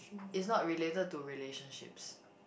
is not related to relationships